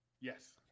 Yes